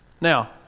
Now